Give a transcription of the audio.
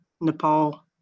Nepal